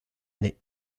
année